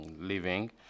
living